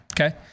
Okay